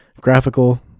graphical